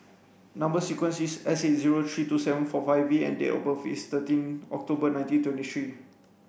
number sequence is S eight zero three two seven four five V and date of birth is thirteen October nineteen twenty three